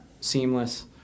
seamless